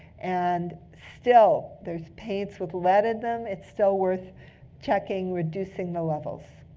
and still, there's paints with led in them. it's still worth checking reducing the levels.